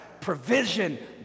provision